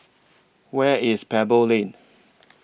Where IS Pebble Lane